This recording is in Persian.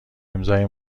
امضای